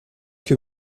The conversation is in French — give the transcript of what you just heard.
que